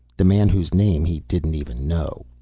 the man whose name he didn't even know.